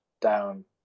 down